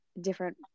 different